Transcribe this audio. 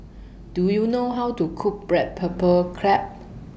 Do YOU know How to Cook Black Pepper Crab